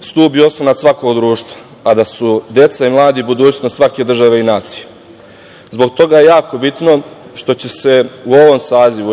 stub i oslonac svakog društva, a da su deca i mladi budućnost svake države i nacije. Zbog toga je jako bitno što će se u ovom sazivu